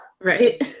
Right